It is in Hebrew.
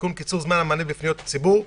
(תיקון קיצור זמן המענה בפניות ציבור),